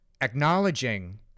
acknowledging